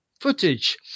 footage